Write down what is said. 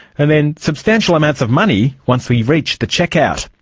and then substantial amounts of money once we reach the checkout.